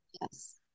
Yes